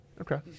Okay